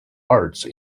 arts